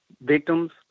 victims